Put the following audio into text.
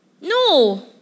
No